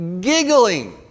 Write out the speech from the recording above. giggling